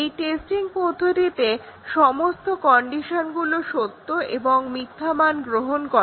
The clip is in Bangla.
এই টেস্টিং পদ্ধতিতে সমস্ত কন্ডিশনগুলো সত্য এবং মিথ্যা মান গ্রহণ করে